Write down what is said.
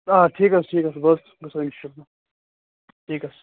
آ ٹھیٖک حظ چھُ ٹھیٖک حظ چھُ ٹھیٖک حظ چھُ